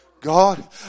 God